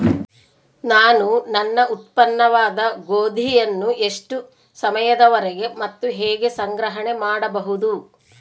ನಾನು ನನ್ನ ಉತ್ಪನ್ನವಾದ ಗೋಧಿಯನ್ನು ಎಷ್ಟು ಸಮಯದವರೆಗೆ ಮತ್ತು ಹೇಗೆ ಸಂಗ್ರಹಣೆ ಮಾಡಬಹುದು?